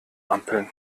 ampeln